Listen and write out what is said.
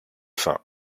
faim